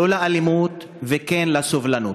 לא לאלימות וכן לסובלנות.